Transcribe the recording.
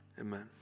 Amen